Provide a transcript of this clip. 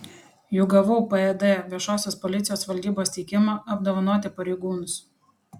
juk gavau pd viešosios policijos valdybos teikimą apdovanoti pareigūnus